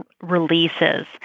releases